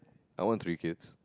I want three kids